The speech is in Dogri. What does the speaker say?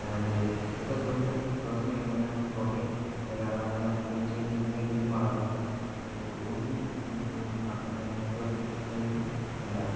ते जेह्का दुद्ध दुद्ध पीने कन्नै प्रोटीन बगैरा जि'यां कोई जिम मारा दा ते ओह्बी अपने केह् आखदे मिल्क पींदा